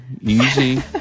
Easy